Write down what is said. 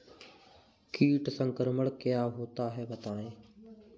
कीट संक्रमण क्या होता है बताएँ?